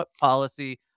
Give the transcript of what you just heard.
policy